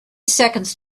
seconds